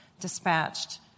dispatched